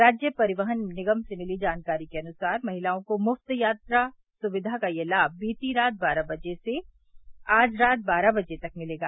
राज्य परिवहन निगम से मिली जानकारी के अनुसार महिलाओं को मुफ़्त यात्रा सुविधा का यह लाभ बीती रात बारह बजे से आज रात बारह बजे तक मिलेगा